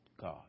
God